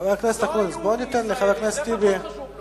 חבר הכנסת אקוניס, בוא ניתן לחבר הכנסת טיבי.